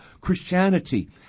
Christianity